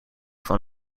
van